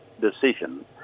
decision